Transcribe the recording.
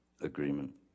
agreement